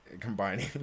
combining